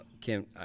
Kim